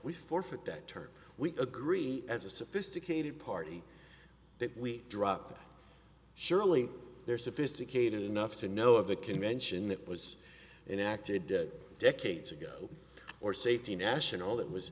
term we agree as a sophisticated party that we drop surely they're sophisticated enough to know of the convention that was enacted decades ago or safety national that was